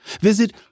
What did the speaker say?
visit